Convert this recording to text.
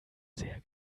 sehr